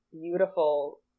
beautiful